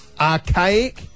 archaic